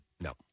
No